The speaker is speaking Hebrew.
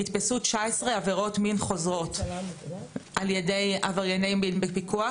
נתפסו 19 עבירות מין חוזרות על ידי עבריינים בפיקוח,